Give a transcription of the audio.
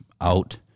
out